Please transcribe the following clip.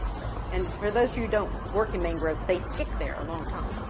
really, and for those who don't work in mangroves, they stick there a long time.